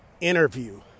interview